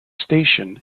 station